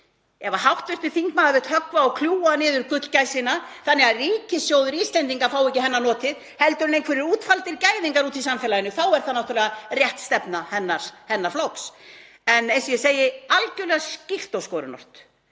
Ef hv. þingmaður vill höggva og kljúfa niður gullgæsina þannig að ríkissjóður Íslendinga fái ekki notið heldur einhverjir útvaldir gæðingar úti í samfélaginu þá er þetta náttúrlega rétt stefna hennar flokks. En eins og ég segi algjörlega skýrt og skorinort: